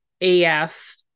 AF